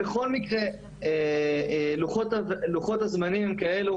בכל מקרה, לוחות הזמנים הם כאלו